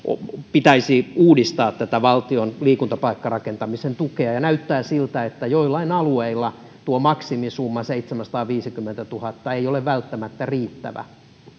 pitäisi uudistaa tätä valtion liikuntapaikkarakentamisen tukea näyttää siltä että joillain alueilla tuo maksimisumma seitsemänsataaviisikymmentätuhatta ei ole välttämättä riittävä